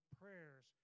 prayers